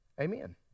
Amen